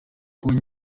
kuri